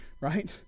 right